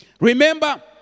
Remember